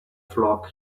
flock